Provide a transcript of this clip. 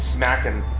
Smacking